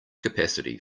capacity